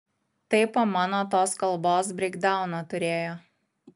tai po mano tos kalbos breikdauną turėjo